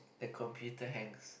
the computer hangs